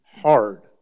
hard